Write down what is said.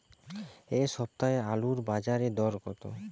এ সপ্তাহে আলুর বাজারে দর কত?